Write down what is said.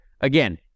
again